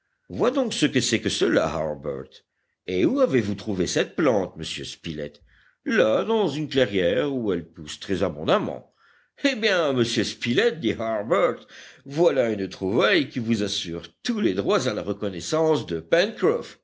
vois donc ce que c'est que cela harbert et où avez-vous trouvé cette plante monsieur spilett là dans une clairière où elle pousse très abondamment eh bien monsieur spilett dit harbert voilà une trouvaille qui vous assure tous les droits à la reconnaissance de